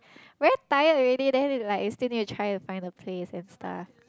very tired already then is like you still need to try to find the place and stuff